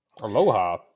Aloha